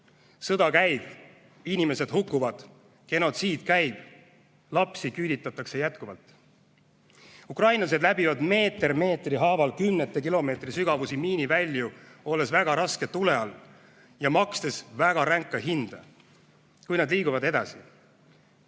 Sõda kestab, inimesed hukkuvad, genotsiid käib, lapsi küüditatakse jätkuvalt. Ukrainlased läbivad meeter meetri haaval kümnete kilomeetrite ulatuses miinivälju, olles väga raske tule all ja makstes väga ränka hinda. Kuid nad liiguvad edasi. Kutsun